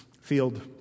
field